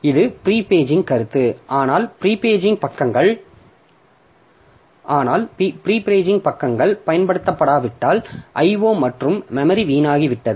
எனவே இது பிரீ பேஜிங்கின் கருத்து ஆனால் பிரீ பேஜ் பக்கங்கள் பயன்படுத்தப்படாவிட்டால் IO மற்றும் மெமரி வீணாகிவிட்டது